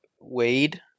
Wade